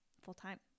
full-time